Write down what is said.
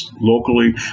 locally